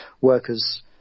workers